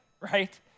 right